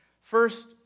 First